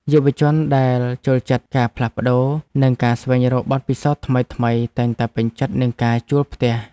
យុវជនដែលចូលចិត្តការផ្លាស់ប្តូរ និងការស្វែងរកបទពិសោធន៍ថ្មីៗ តែងតែពេញចិត្តនឹងការជួលផ្ទះ។